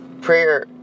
Prayer